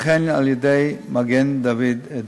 וכן על-ידי מגן-דוד-אדום.